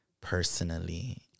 personally